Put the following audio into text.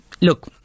Look